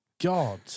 God